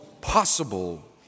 possible